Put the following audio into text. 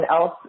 else